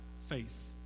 faith